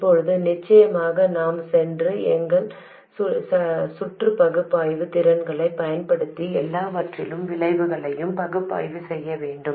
இப்போது நிச்சயமாக நாம் சென்று எங்கள் சுற்று பகுப்பாய்வு திறன்களைப் பயன்படுத்தி எல்லாவற்றின் விளைவையும் பகுப்பாய்வு செய்ய வேண்டும்